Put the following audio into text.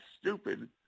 stupid